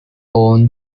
owned